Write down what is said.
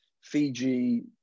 Fiji